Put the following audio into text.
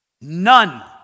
None